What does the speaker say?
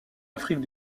afrique